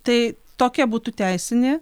tai tokia būtų teisinė